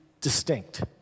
distinct